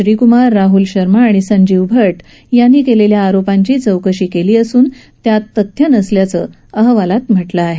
श्रीक्मार राहल शर्मा आणि संजीव भट यांनी केलेल्या आरोपांची चौकशी केली असून त्यात काही तथ्य नसल्याचं अहवालात म्हटलं आहे